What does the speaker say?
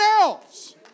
else